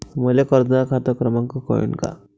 मले कर्जाचा खात क्रमांक कळन का?